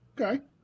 Okay